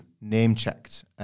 name-checked